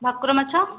ଭାକୁର ମାଛ